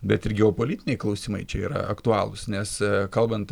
bet ir geopolitiniai klausimai čia yra aktualūs nes kalbant